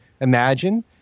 Imagine